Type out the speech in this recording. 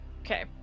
okay